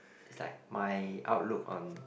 it's like my outlook on